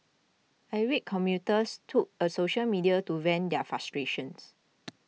irate commuters took a social media to vent their frustrations